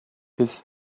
his